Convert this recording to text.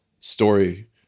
story